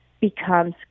becomes